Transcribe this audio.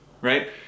right